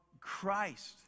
Christ